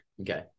Okay